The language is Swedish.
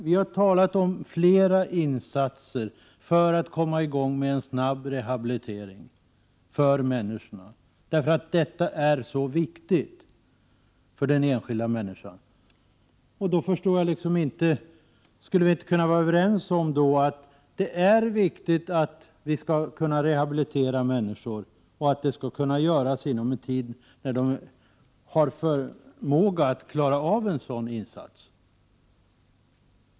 Vi har talat om flera insatser för att komma i gång med en snabb rehabilitering, för detta är så viktigt för den enskilda människan. Skulle vi inte kunna vara överens om då att det är viktigt att kunna rehabilitera människor och att det skall kunna göras inom en tid när de har förmåga att klara av en sådan insats?